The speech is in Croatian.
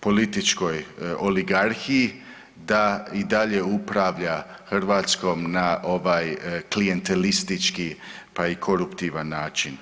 političkoj oligarhiji da i dalje upravlja Hrvatskom na ovaj klijentelistički pa i koruptivan način.